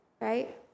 Right